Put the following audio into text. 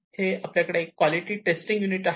हे आपल्याकडे हे क्वॉलिटी टेस्टिंग युनिट आहे